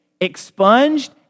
expunged